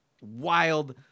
wild –